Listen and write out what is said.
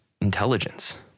intelligence